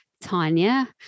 Tanya